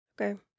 Okay